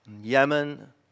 Yemen